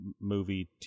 movie